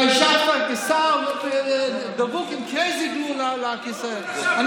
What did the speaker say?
אתה יושב בקואליציה ואתה נואם באי-אמון נגד הממשלה שאתה חבר בה?